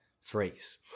phrase